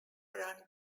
run